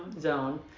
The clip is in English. zone